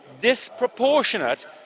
disproportionate